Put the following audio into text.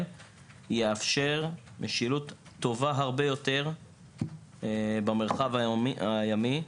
יאפשר משילות טובה הרבה יותר במרחב הימי.